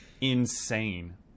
insane